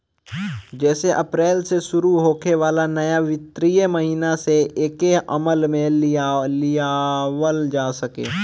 जेसे अप्रैल से शुरू होखे वाला नया वित्तीय महिना से एके अमल में लियावल जा सके